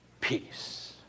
peace